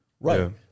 right